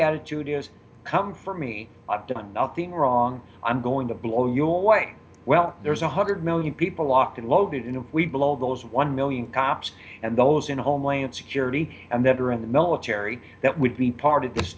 attitude is come for me i've done nothing wrong i'm going to blow you away well there's a hundred million people locked and loaded in a week below those one million cops and those in homeland security and that are in the military that would be part of this